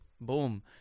boom